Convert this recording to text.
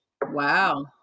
Wow